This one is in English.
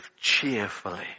cheerfully